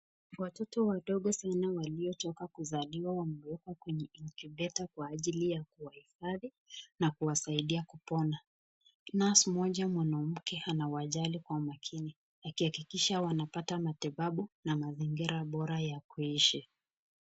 Watoto wadogo sana waliozaliwa wamewekwa kwenye mikebe ya incubator kwa ajili ya kuwahifadhi na kuwasaidia kupona. Nurse mmoja mwanamke anawajali kwa makini kisha wanapata matibabu na mazingira bora ya kuishi